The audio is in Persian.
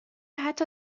حتی